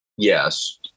Yes